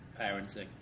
parenting